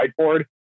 whiteboard